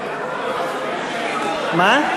מה?